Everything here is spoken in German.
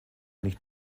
nicht